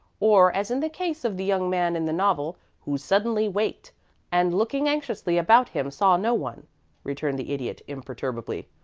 or, as in the case of the young man in the novel who suddenly waked and, looking anxiously about him, saw no one returned the idiot, imperturbably.